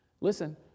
Listen